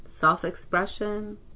self-expression